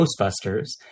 Ghostbusters